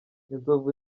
inzovu